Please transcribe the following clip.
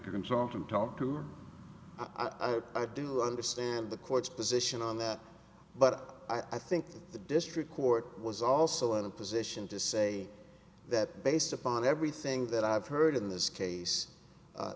talk and talk to her i do understand the court's position on that but i think the district court was also in a position to say that based upon everything that i've heard in this case